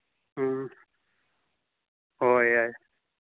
ꯎꯝ ꯍꯣꯏ ꯌꯥꯏ